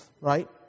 right